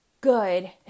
good